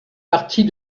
partie